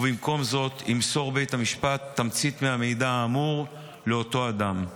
ובמקום זאת ימסור בית המשפט תמצית מהמידע האמור לאותו אדם.